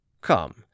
come